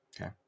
Okay